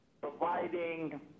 providing